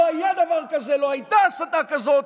לא היה דבר כזה, לא הייתה הסתה כזאת.